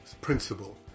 principle